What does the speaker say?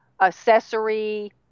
Accessory